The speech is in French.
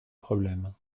problème